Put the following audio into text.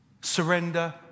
Surrender